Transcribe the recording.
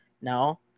No